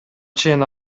чейин